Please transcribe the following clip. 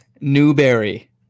Newberry